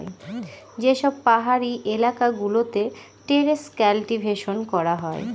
যে সব পাহাড়ি এলাকা গুলোতে টেরেস কাল্টিভেশন করা হয়